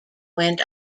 went